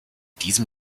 diesem